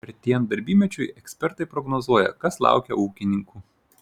artėjant darbymečiui ekspertai prognozuoja kas laukia ūkininkų